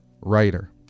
writer